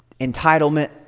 entitlement